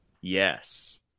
Yes